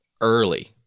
early